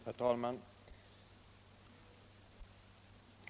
Herr talman!